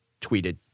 tweeted